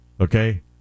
okay